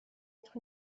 être